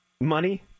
money